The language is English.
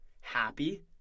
Happy